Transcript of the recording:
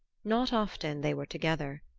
not often they were together.